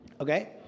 Okay